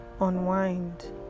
Unwind